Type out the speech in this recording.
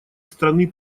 страны